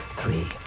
Three